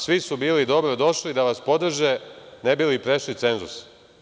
Svi su bili dobrodošli da vas podrže ne bi li prešli cenzus.